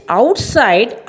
outside